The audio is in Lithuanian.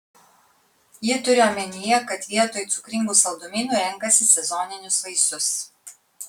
ji turi omenyje kad vietoj cukringų saldumynų renkasi sezoninius vaisius